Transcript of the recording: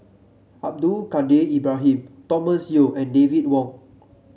Abdul Kadir Ibrahim Thomas Yeo and David Wong